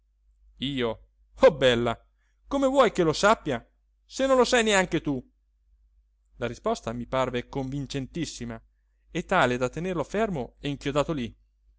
io oh bella come vuoi che lo sappia se non lo sai neanche tu la risposta mi parve convincentissima e tale da tenerlo fermo e inchiodato lí